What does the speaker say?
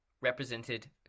represented